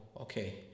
okay